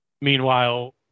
meanwhile